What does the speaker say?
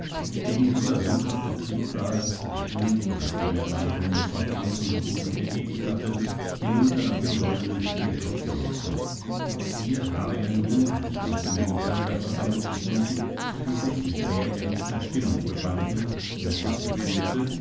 eben dieser sündhafte trieb war es der ihn nachdem er seine runde von krankenbesuchen erledigt hatte hinunter nach dem goldenen stierkopfe lockte hier habe er nun eine große menge bürger versammelt gefunden die sich in sehr erregter stimmung befanden weshalb er fühlte